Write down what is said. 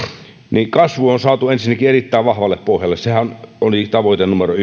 niin kasvu on saatu ensinnäkin erittäin vahvalle pohjalle sehän oli tavoite numero